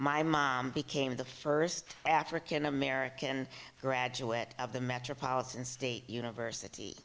my mom became the first african american graduate of the metropolitan state university